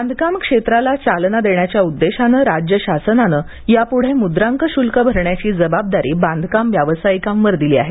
बांधकाम क्षेत्राला चालना देण्याच्या उद्देशानं राज्य शासनाने यापुढे मुद्रांक शुल्क भरण्याची जबाबदारी बांधकाम व्यावसायिकांवर दिली आहे